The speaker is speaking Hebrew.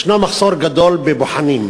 יש מחסור גדול בבוחנים.